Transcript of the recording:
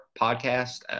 podcast